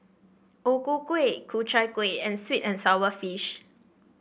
O Ku Kueh Ku Chai Kueh and sweet and sour fish